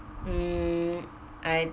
hmm I